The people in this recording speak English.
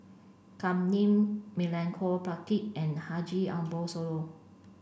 Kam Ning Milenko Prvacki and Haji Ambo Sooloh